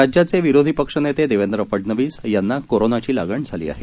राज्याचे विरोधी पक्षनेते देवेंद्र फडनवीस यांना कोरोनाची लागण झाली आहे